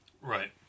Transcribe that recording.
Right